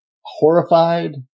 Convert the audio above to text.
horrified